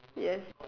yes